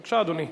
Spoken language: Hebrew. בבקשה, אדוני.